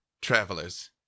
travelers